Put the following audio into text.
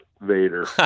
Vader